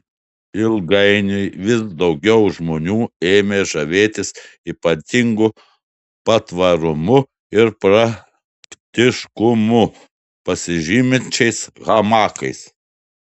ilgainiui vis daugiau žmonių ėmė žavėtis ypatingu patvarumu ir praktiškumu pasižyminčiais hamakais